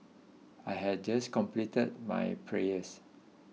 I had just completed my prayers